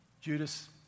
Judas